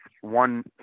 one